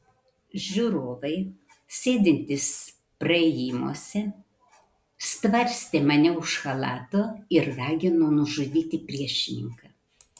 žiūrovai sėdintys praėjimuose stvarstė mane už chalato ir ragino nužudyti priešininką